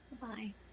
Goodbye